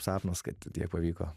sapnas kad tiek pavyko